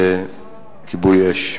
וכיבוי-אש.